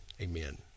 amen